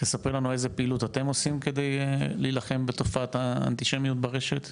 תספרי לנו איזה פעילות אתם עושים כדי להילחם בתופעת האנטישמיות ברשת?